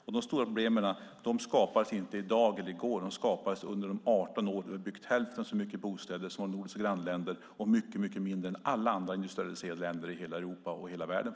Dessa stora problem skapades inte i går eller i dag utan under de 18 år då Sverige byggde hälften så mycket bostäder som sina nordiska grannländer och mycket mindre än alla andra industrialiserade länder i Europa och världen.